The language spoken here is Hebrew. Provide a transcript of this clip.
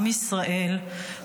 עם ישראל,